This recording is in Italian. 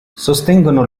sostengono